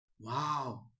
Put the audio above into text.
Wow